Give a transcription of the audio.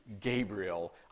Gabriel